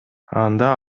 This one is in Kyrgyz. анда